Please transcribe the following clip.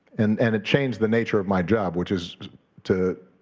and and it changed the nature of my job, which is to,